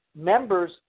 members